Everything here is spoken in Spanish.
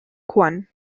juan